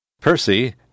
Percy